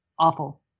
Awful